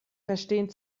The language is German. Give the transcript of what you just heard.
verstehen